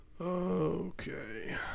Okay